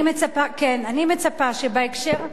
אני מצפה, כן, אני מצפה שבהקשר,